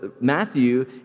Matthew